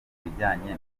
bijyanye